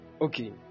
okay